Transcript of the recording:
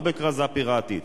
לא בכרזה פיראטית,